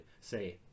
say